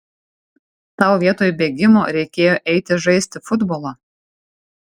tau vietoj bėgimo reikėjo eiti žaisti futbolo